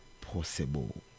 possible